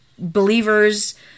believers